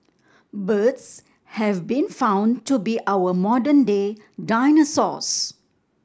birds have been found to be our modern day dinosaurs